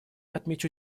отмечу